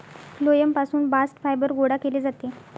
phloem पासून bast fibre गोळा केले जाते